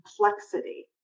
complexity